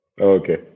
Okay